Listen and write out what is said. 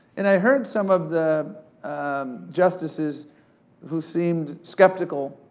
and i heard some of the justices who seemed skeptical.